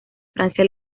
francia